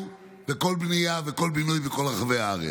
בכל בנייה וכל בינוי בכל רחבי הארץ.